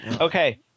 Okay